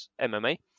MMA